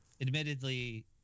admittedly